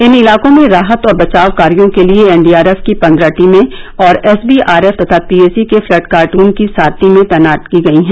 इन इलाकों में राहत और बचाव कार्यो के लिए एनडीआरएफ की पन्द्रह टीमें और एसबीआरएफ तथा पीएसी के फ्लड कार्ट्रन की सात टीमें तैनात की गई हैं